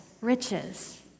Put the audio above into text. riches